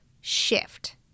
shift